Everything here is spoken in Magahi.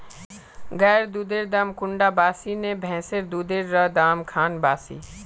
गायेर दुधेर दाम कुंडा बासी ने भैंसेर दुधेर र दाम खान बासी?